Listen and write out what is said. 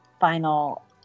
final